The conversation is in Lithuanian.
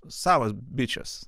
savas bičas